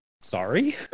sorry